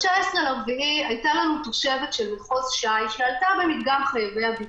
ב-19 באפריל הייתה לנו תושבת של מחוז ש"י שעלתה במדגם חייבי הבידוד,